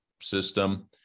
system